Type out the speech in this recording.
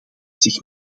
zich